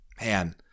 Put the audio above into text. man